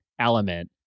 element